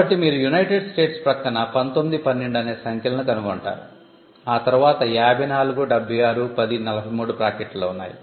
కాబట్టి మీరు United States పక్కన 19 12 అనే సంఖ్యలను కనుగొంటారు ఆ తర్వాత 54 76 10 43 బ్రాకెట్లలో ఉన్నాయి